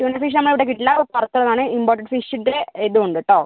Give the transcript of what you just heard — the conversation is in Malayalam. ട്യൂണാ ഫിഷ് നമ്മുടെ ഇവിടെ കിട്ടില്ല പുറത്തേതാണ് ഇമ്പോർട്ടഡ് ഫിഷിൻ്റെ ഇതും ഉണ്ട് കെട്ടോ